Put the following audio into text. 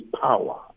power